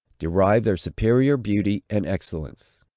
derive their superior beauty and excellence.